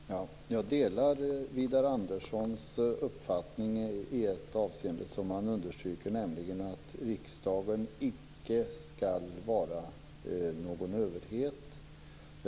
Fru talman! Jag delar Widar Anderssons uppfattning i ett avseende som han understryker, nämligen att riksdagen icke skall vara någon överhet.